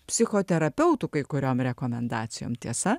psichoterapeutų kai kuriom rekomendacijom tiesa